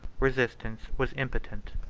resistance was impotent.